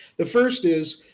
the first is,